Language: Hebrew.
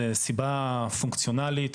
זו סיבה פונקציונאלית,